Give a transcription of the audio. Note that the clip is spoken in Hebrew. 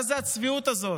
מה זה הצביעות הזאת?